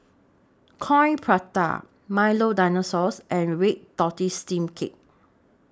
Coin Prata Milo Dinosaur and Red Tortoise Steamed Cake